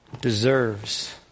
deserves